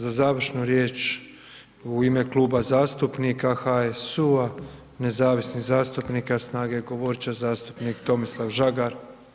Za završnu riječ u ime Kluba zastupnika HSU-a, nezavisnih zastupnika i SNAGA-e govorit će zastupnik Tomislav Žagar.